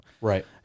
Right